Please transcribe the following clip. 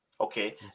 okay